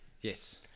Yes